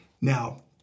Now